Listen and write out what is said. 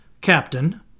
Captain